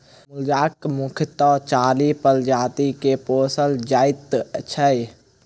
मुर्गाक मुख्यतः चारि प्रजाति के पोसल जाइत छै